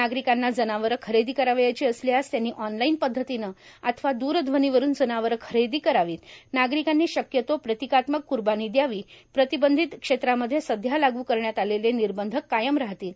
नागरिकांना जनावरे खरेदी करावयाची असल्यास त्यांनी ऑनलाईन पध्दतीनं अथवा दूरध्वनीवरुन जनावरं खरेदी करावी नागरिकांनी शक्यतो प्रतिकात्मक क्र्बानी द्यावी प्रतिबंधित क्षेत्रामध्ये सध्या लाग् करण्यात आलेले निर्बंध कायम राहतील